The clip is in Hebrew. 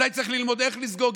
אולי צריך ללמוד איך לסגור.